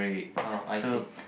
oh I see